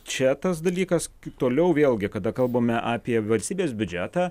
čia tas dalykas toliau vėlgi kada kalbame apie valstybės biudžetą